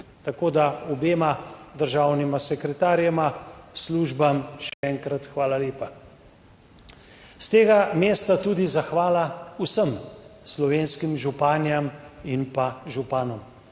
tako da obema državnima sekretarjema, službam, še enkrat hvala lepa. S tega mesta tudi zahvala vsem slovenskim županjam in pa županom.